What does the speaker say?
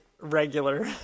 regular